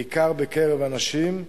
בעיקר בקרב הנשים.